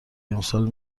امسال